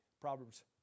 Proverbs